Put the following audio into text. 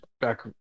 back